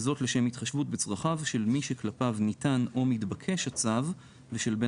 וזאת לשם התחשבות בצרכיו של מי שכלפיו ניתן או מתבקש הצו ושל בן